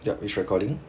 yup is recording